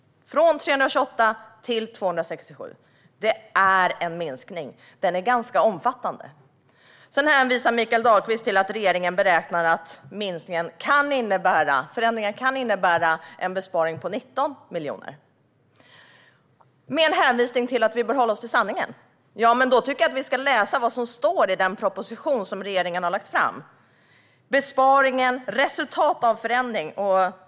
Från 328 till 267 - det är en minskning som är ganska omfattande. Sedan hänvisade Mikael Dahlqvist till att regeringen beräknar att förändringen kan innebära en besparing på 19 miljoner, med hänvisning till att vi bör hålla oss till sanningen. Ja, men då tycker jag att vi ska läsa vad som står i den proposition som regeringen har lagt fram.